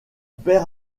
père